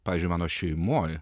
pavyzdžiui mano šeimoj